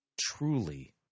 truly